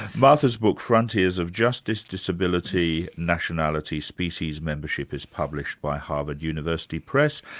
martha's book, frontiers of justice, disability, nationality, species membership is published by harvard university press.